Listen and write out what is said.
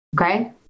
okay